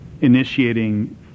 initiating